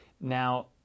Now